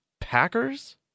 Packers